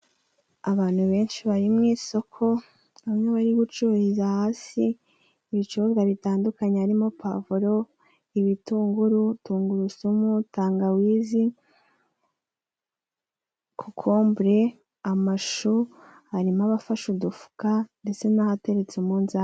Abantu benshi bari mu isoko bamwe bari gucururiza hasi. Ibicurubwa bitandukanye harimo: povuro, ibitunguru, tungurusumu, tangawizi, kokombure, amashu harimo abafashe udufuka ndetse n'ahateretse umunzani.